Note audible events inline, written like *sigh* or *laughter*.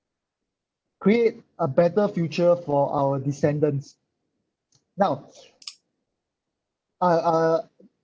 create a better future for our descendants now *noise* uh uh